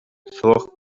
суох